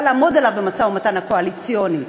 לעמוד עליו במשא-ומתן הקואליציוני,